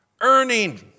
Earning